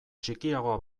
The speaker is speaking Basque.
txikiagoa